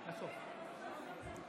בעד אלון טל,